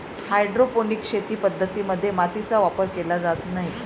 hydroponic शेती पद्धतीं मध्ये मातीचा वापर केला जात नाही